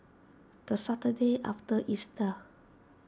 the Saturday after Easter